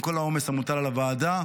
עם כל העומס המוטל על הוועדה,